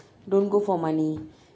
don't go for money